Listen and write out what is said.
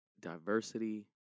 diversity